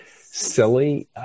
silly